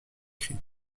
cris